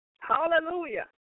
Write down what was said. Hallelujah